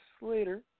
later